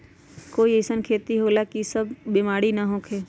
कोई अईसन खेती होला की वो में ई सब बीमारी न होखे?